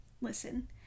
Listen